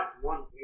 one